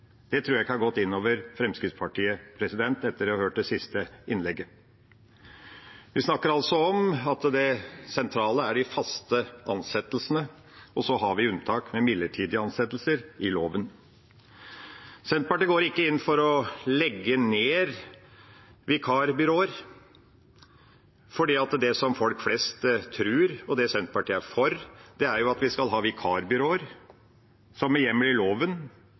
Det tror jeg ikke har gått inn over Fremskrittspartiet – etter å ha hørt det siste innlegget. Vi snakker altså om at det sentrale er de faste ansettelsene, og så har vi i loven unntak med midlertidige ansettelser. Senterpartiet går ikke inn for å legge ned vikarbyråer, for det folk flest tror, og det Senterpartiet er for, er at vi skal ha vikarbyråer som med hjemmel i loven